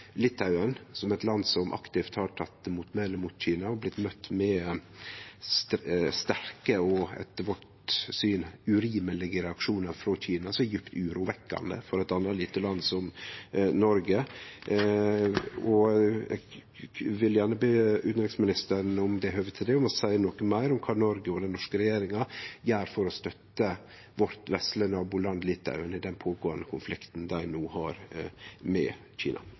Litauen, som er eit land som aktivt har teke til motmæle mot Kina og blitt møtt med sterke og etter vårt syn urimelege reaksjonar frå Kina, som er djupt urovekkande for eit anna lite land som Noreg. Eg vil gjerne be utanriksministeren, om det er høve til det, seie noko meir om kva Noreg og den norske regjeringa gjer for å støtte vårt vesle naboland Litauen i den pågåande konflikten dei no har med Kina.